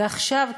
ועכשיו,